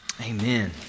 Amen